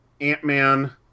Ant-Man